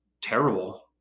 terrible